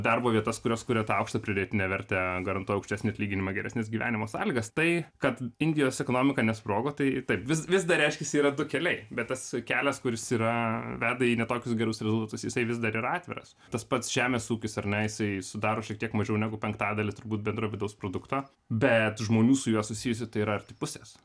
darbo vietas kurios kuria tą aukštą pridėtinę vertę garantuoja aukštesnį atlyginimą geresnes gyvenimo sąlygas tai kad indijos ekonomika nesprogo tai vis vis dar reiškiasi yra du keliai bet tas kelias kuris yra veda į ne tokius gerus rezultatus jisai vis dar yra atviras tas pats žemės ūkis ar ne jisai sudaro šiek tiek mažiau negu penktadalis turbūt bendro vidaus produkto bet žmonių su juo susijusių tai yra arti pusės